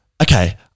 okay